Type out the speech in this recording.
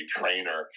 trainer